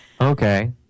Okay